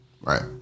Right